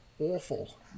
awful